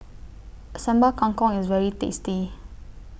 Sambal Kangkong IS very tasty